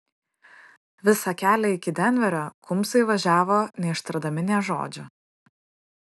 visą kelią iki denverio kumbsai važiavo neištardami nė žodžio